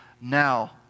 now